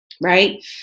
right